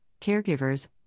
caregivers